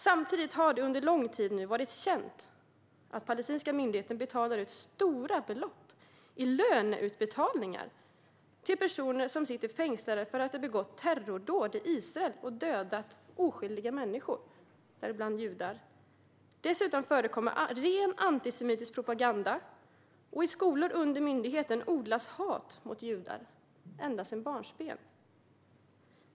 Samtidigt har det under lång tid varit känt att palestinska myndigheten betalar ut stora belopp i lön till personer som sitter fängslade för att ha begått terrordåd i Israel och dödat oskyldiga människor, däribland judar. Dessutom förekommer ren antisemitisk propaganda, och i skolor under myndigheten odlas hat mot judar ända från barnsben.